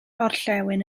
orllewin